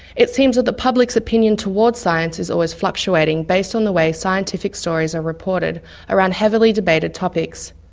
it seems that the publics' opinion towards science is always fluctuating based on the way scientific stories are reported around heavily debated topics.